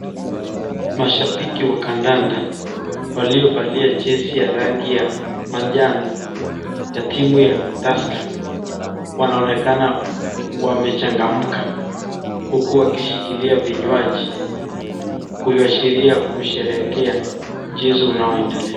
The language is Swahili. Mashabiki wa kandanda, waliovalia jezi ya rangi ya manjano ya timu ya Tusker wanaonekana wamechangamka huku wakishilikia vinywa kuashiria kusherekea mchezo unaoendelea.